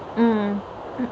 mm